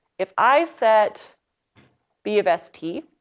if i set b of s t,